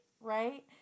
Right